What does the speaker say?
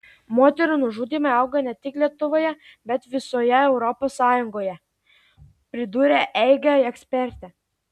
moterų nužudymai auga net tik lietuvoje bet visoje europos sąjungoje pridūrė eige ekspertė